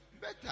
Better